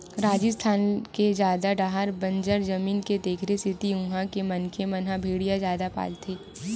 राजिस्थान के जादा डाहर बंजर जमीन हे तेखरे सेती उहां के मनखे मन ह भेड़िया जादा पालथे